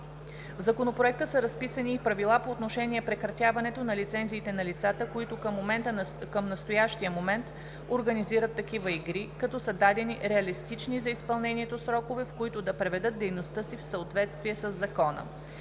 В Законопроекта са разписани и правила по отношение прекратяването на лицензите на лицата, които към настоящия момент организират такива игри, като са дадени реалистични за изпълнението срокове, в които да приведат дейността си в съответствие със Закона.